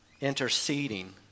interceding